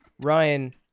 Ryan